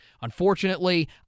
Unfortunately